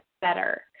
better